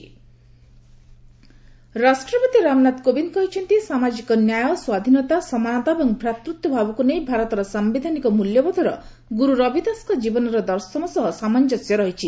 ପ୍ରେଜ୍ ଗୁରୁ ରବିଦାସ ରାଷ୍ଟ୍ରପତି ରାମନାଥ କୋବିନ୍ଦ କହିଛନ୍ତି ସାମାଜିକ ନ୍ୟାୟ ସ୍ୱାଧୀନତା ସମାନତା ଏବଂ ଭ୍ରାତୃତ୍ୱଭାବକ୍ତ ନେଇ ଭାରତର ସାୟିଧାନିକ ମୂଲ୍ୟବୋଧର ଗୁର୍ ରବିଦାସଙ୍କ କୀବନର ଦର୍ଶନ ସହ ସାମଞ୍ଜସ୍ୟ ରହିଛି